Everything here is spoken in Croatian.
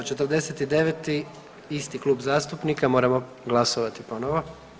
49. isti klub zastupnika moramo glasovati ponovo.